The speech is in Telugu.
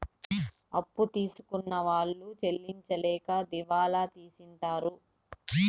అప్పు తీసుకున్న వాళ్ళు చెల్లించలేక దివాళా తీసింటారు